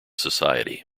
society